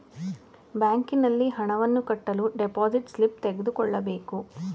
ಬ್ಯಾಂಕಿನಲ್ಲಿ ಹಣವನ್ನು ಕಟ್ಟಲು ಡೆಪೋಸಿಟ್ ಸ್ಲಿಪ್ ತೆಗೆದುಕೊಳ್ಳಬೇಕು